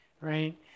right